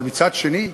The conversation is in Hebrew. אבל מצד שני,